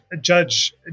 Judge